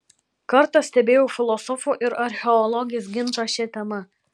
kartą stebėjau filosofo ir archeologės ginčą šia tema